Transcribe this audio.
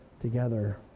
together